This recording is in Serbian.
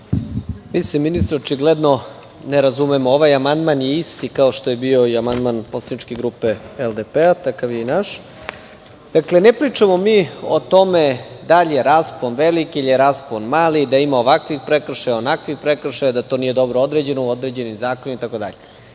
Mi se, ministre, očigledno ne razumemo. Ovaj amandman je isti kao što je bio i amandman poslaničke grupe LDP.Ne pričamo mi o tome da li je raspon veliki ili je raspon mali, da ima ovakvih prekršaja, onakvih prekršaja, da to nije dobro odrađeno u određenim zakonima itd.